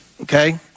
okay